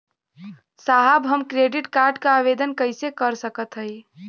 साहब हम credit card क आवेदन कइसे कर सकत हई?